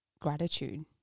gratitude